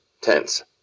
tense